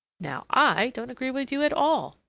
now i don't agree with you at all.